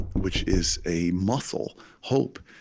which is a muscle hope,